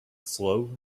slow